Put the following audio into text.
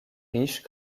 riche